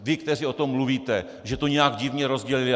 Vy, kteří o tom mluvíte, že to nějak divně rozdělili.